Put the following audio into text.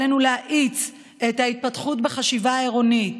עלינו להאיץ את ההתפתחות בחשיבה העירונית,